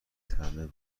طعم